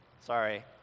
sorry